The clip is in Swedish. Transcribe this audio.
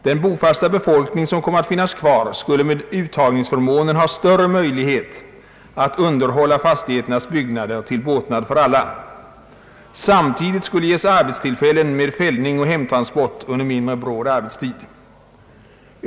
Den bofasta befolkning, som kommer att finnas kvar, skulle med uttagningsförmånen ha större möjlighet att underhålla fastigheternas byggnader, till båtnad för alla. Samtidigt skulle det ges arbetstillfälle med fällning och hemtransport under mindre bråd arbetstid.